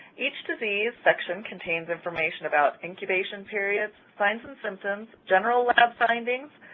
each disease section contains information about incubation period, signs and symptoms, general lab findings,